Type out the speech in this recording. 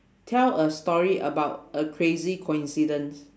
tell a story about a crazy coincidence